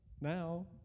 now